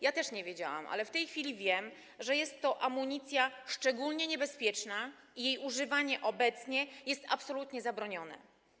Ja też nie wiedziałam, ale w tej chwili wiem, że jest to amunicja szczególnie niebezpieczna i jej używanie obecnie jest absolutnie zabronione.